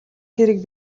хэрэг